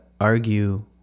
argue